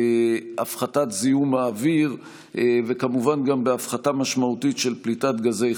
בהפחתת זיהום האוויר וכמובן גם בהפחתה משמעותית של פליטת גזי חממה.